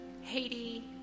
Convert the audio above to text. Haiti